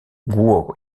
guo